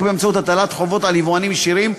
באמצעות הטלת חובות על יבואנים ישירים,